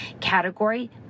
category